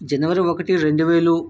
జనవరి ఒకటి రెండు వేల